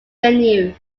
venue